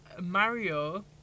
Mario